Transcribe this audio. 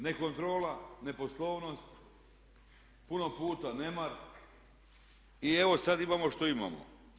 Ne kontrola, ne poslovnost, puno puta nemar i evo sada imamo što imamo.